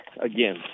Again